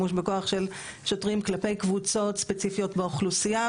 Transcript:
או שימשו בכוח של שוטרים כלפי קבוצות ספציפיות באוכלוסייה.